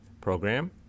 Program